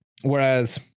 whereas